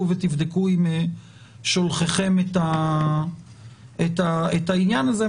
ותבדקו עם שולחיכם את העניין הזה.